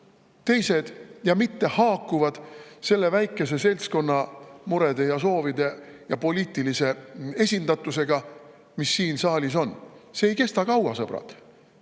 teised ja mis ei haaku selle väikese seltskonna murede ja soovide ja poliitilise esindatusega, mis siin saalis on. See ei kesta kaua, sõbrad.